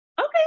Okay